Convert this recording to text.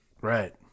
right